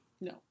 No